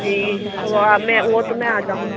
جی صبح میں وہ تو میں آ جاؤں